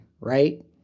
right